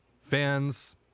fans